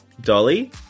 Dolly